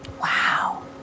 Wow